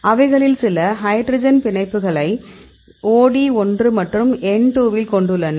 அவைகளில் சில ஹைட்ரஜன் பிணைப்புகளைக் OD 1 மற்றும் N 2 வில் கொண்டுள்ளன